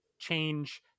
change